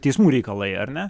teismų reikalai ar ne